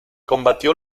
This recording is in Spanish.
combatió